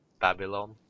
Babylon